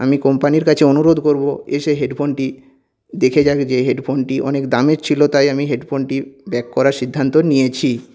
আমি কোম্পানির কাছে অনুরোধ করব এসে হেডফোনটি দেখে যাবে যে হেডফোনটি অনেক দামের ছিল তাই আমি হেডফোনটি ব্যাক করার সিদ্ধান্ত নিয়েছি